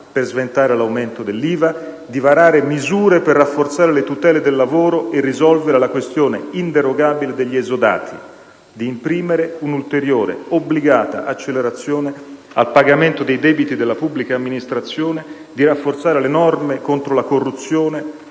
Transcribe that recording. per sventare l'aumento dell'IVA, di varare misure per rafforzare le tutele del lavoro e risolvere la questione inderogabile degli esodati, di imprimere un'ulteriore obbligata accelerazione al pagamento dei debiti della pubblica amministrazione, di rafforzare le norme contro la corruzione